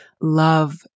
love